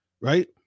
right